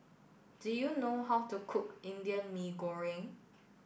do you know how to cook Indian Mee Goreng